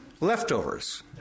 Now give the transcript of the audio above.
leftovers